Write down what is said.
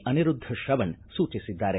ಅನಿರುದ್ದ್ ಶ್ರವಣ್ ಸೂಚಿಸಿದ್ದಾರೆ